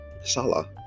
Salah